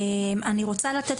אני רוצה לתת